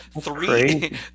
Three